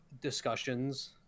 discussions